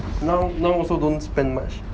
now now also don't spend much